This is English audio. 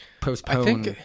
postpone